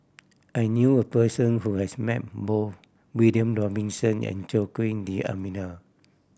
I knew a person who has met both William Robinson and Joaquim D'Almeida